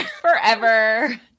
forever